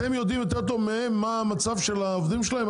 אתם יודעים יותר טוב מהם מה מצב העובדים שלהם?